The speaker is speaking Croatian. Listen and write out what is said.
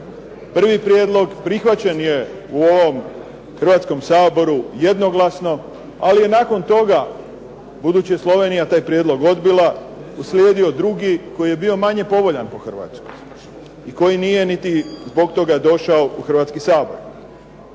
Prvi prijedlog prihvaćen je u ovom Hrvatskom saboru jednoglasno, ali je nakon toga, budući je Slovenija taj prijedlog odbila, uslijedio drugi koji je bio manje povoljan po Hrvatsku, i koji nije niti zbog toga došao u Hrvatski sabor.